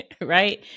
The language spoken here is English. right